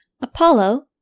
Apollo